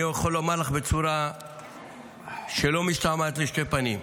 אני יכול לומר לך בצורה שלא משתמעת לשתי פנים: